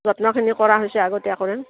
যত্নখিনি কৰা হৈছে আগতীয়া কৰে